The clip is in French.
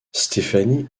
stephanie